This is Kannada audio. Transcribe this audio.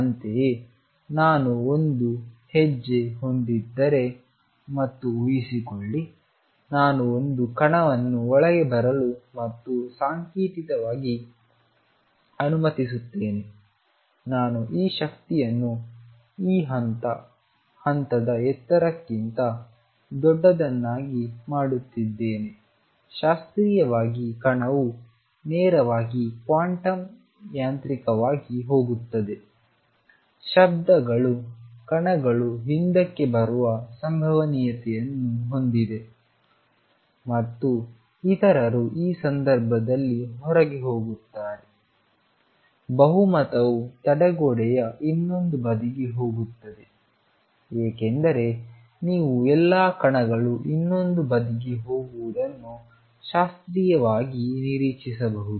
ಅಂತೆಯೇ ನಾನು ಒಂದು ಹೆಜ್ಜೆ ಹೊಂದಿದ್ದರೆ ಮತ್ತು ಊಹಿಸಿಕೊಳ್ಳಿ ನಾನು ಒಂದು ಕಣವನ್ನು ಒಳಗೆ ಬರಲು ಮತ್ತು ಸಾಂಕೇತಿಕವಾಗಿ ಅನುಮತಿಸುತ್ತೇನೆ ನಾನು ಈ ಶಕ್ತಿಯನ್ನು E ಹಂತ ಹಂತದ ಎತ್ತರಕ್ಕಿಂತ ದೊಡ್ಡದನ್ನಾಗಿ ಮಾಡುತ್ತಿದ್ದೇನೆ ಶಾಸ್ತ್ರೀಯವಾಗಿ ಕಣವು ನೇರವಾಗಿ ಕ್ವಾಂಟಮ್ ಯಾಂತ್ರಿಕವಾಗಿ ಹೋಗುತ್ತದೆ ಶಬ್ದಗಳು ಕಣಗಳು ಹಿಂದಕ್ಕೆ ಬರುವ ಸಂಭವನೀಯತೆಯನ್ನು ಹೊಂದಿವೆ ಮತ್ತು ಇತರರು ಈ ಸಂದರ್ಭದಲ್ಲಿ ಹೊರಗೆ ಹೋಗುತ್ತಾರೆ ಬಹುಮತವು ತಡೆಗೋಡೆಯ ಇನ್ನೊಂದು ಬದಿಗೆ ಹೋಗುತ್ತದೆ ಏಕೆಂದರೆ ನೀವು ಎಲ್ಲಾ ಕಣಗಳು ಇನ್ನೊಂದು ಬದಿಗೆ ಹೋಗುವುದನ್ನು ಶಾಸ್ತ್ರೀಯವಾಗಿ ನಿರೀಕ್ಷಿಸಬಹುದು